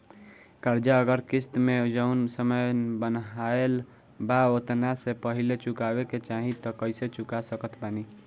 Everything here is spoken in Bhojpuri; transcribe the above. कर्जा अगर किश्त मे जऊन समय बनहाएल बा ओतना से पहिले चुकावे के चाहीं त कइसे चुका सकत बानी?